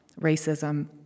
racism